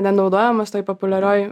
nenaudojamas toj populiarioj